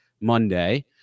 Monday